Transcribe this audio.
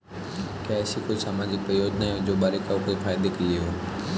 क्या ऐसी कोई सामाजिक योजनाएँ हैं जो बालिकाओं के फ़ायदे के लिए हों?